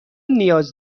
نیاز